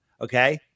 Okay